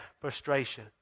frustration